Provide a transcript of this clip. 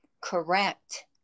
correct